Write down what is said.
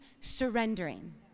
surrendering